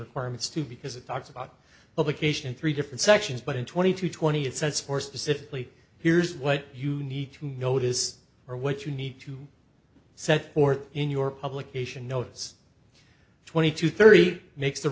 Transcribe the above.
requirements too because it talks about publication in three different sections but in twenty to twenty it says for specifically here's what you need to notice or what you need to set forth in your publication notes twenty two thirty eight makes the